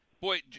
Boy